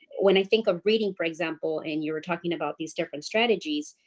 when i think of reading, for example, and you were talking about these different strategies,